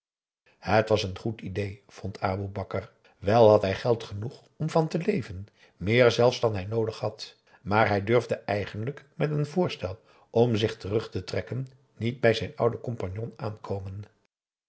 het was een goed idée vond aboe bakar wel had hij geld genoeg om van te leven meer zelfs dan hij noodig had maar hij durfde eigenlijk met een voorstel om zich terug te trekken niet bij zijn ouden compagnon aankomen